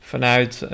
Vanuit